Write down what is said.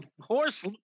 horse